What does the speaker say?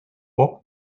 walk